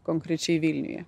konkrečiai vilniuje